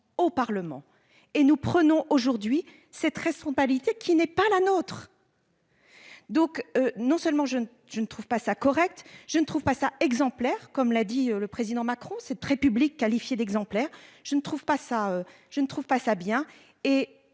au Parlement et nous prenons aujourd'hui c'est très seront politique qui n'est pas la nôtre. Donc, non seulement je ne je ne trouve pas ça correct je ne trouve pas ça exemplaire comme l'a dit le président Macron c'est très public qualifiée d'exemplaire. Je ne trouve pas ça je